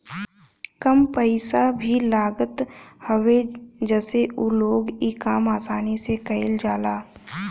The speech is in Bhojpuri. कम पइसा भी लागत हवे जसे उ लोग इ काम आसानी से कईल जाला